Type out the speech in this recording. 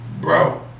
Bro